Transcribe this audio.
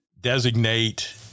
designate